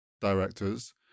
directors